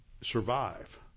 survive